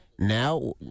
Now